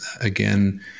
again